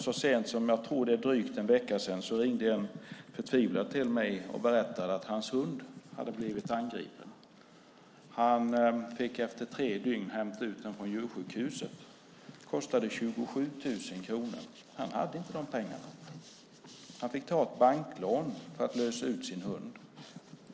Så sent som för en dryg vecka sedan ringde en förtvivlad person till mig och berättade att hans hund hade blivit angripen. Han fick efter tre dygn hämta ut hunden från djursjukhuset. Det kostade 27 000 kronor. Han hade inte de pengarna. Han fick ta ett banklån för att lösa ut sin hund.